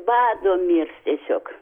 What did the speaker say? bado mirs tiesiog